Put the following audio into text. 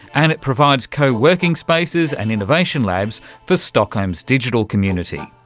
and it provides co-working spaces and innovation labs for stockholm's digital community.